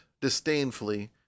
disdainfully